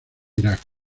irak